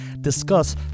discuss